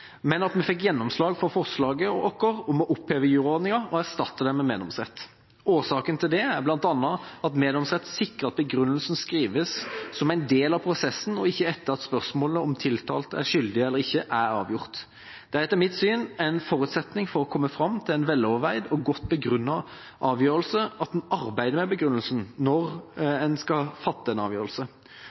men at vi fikk gjennomslag for forslaget vårt om å oppheve juryordninga og erstatte den med meddomsrett. Årsaken til det er bl.a. at meddomsrett sikrer at begrunnelsen skrives som en del av prosessen og ikke etter at spørsmålet om tiltalte er skyldig eller ikke, er avgjort. Det er etter mitt syn en forutsetning for å komme fram til en veloverveid og godt begrunnet avgjørelse at man arbeider med begrunnelsen når man skal fatte en avgjørelse.